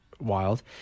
wild